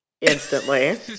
instantly